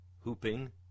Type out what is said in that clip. hooping